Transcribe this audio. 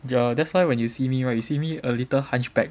ya that's why when you see me right you see me a little hunchback